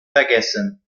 vergessen